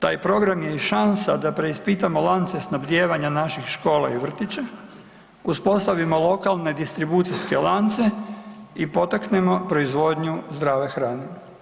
Taj program je i šansa da preispitamo lance snabdijevanje naših škola i vrtića, uspostavimo lokalne distribucijske lance i potaknemo proizvodnju zdrave hrane.